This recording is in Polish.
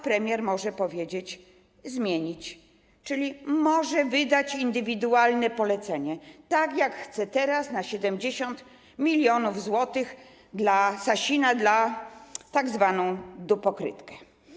Premier może powiedzieć: zmienić, czyli może wydać indywidualne polecenie, tak jak chce teraz, na 70 mln zł dla Sasina, na tzw. dupokrytkę.